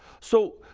so,